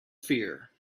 fear